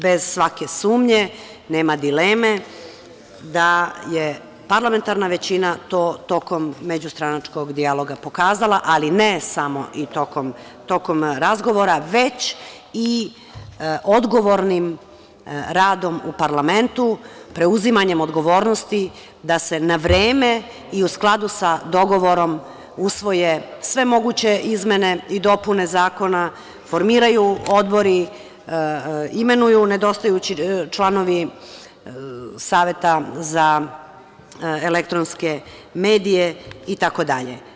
Bez svake sumnje, nema dileme da je parlamentarna većina to tokom međustranačkog dijaloga pokazala, ali ne samo i tokom razgovora, već i odgovornim radom u parlamentu, preuzimanjem odgovornosti da se na vreme i u skladu sa dogovorom usvoje sve moguće izmene i dopune zakona, formiraju odbori, imenuju nedostajući članovi Saveta za elektronske medije itd.